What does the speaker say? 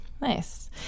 Nice